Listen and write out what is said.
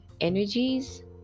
energies